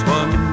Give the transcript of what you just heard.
one